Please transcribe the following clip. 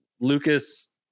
Lucas